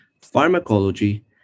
pharmacology